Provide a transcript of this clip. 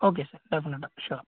okay sir டெஃபெனட்டாக sure